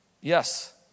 Yes